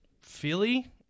Philly